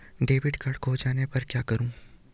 Debit card खो जाने पर क्या करूँ?